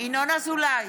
ינון אזולאי,